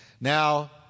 Now